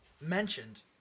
mentioned